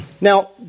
Now